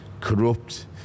corrupt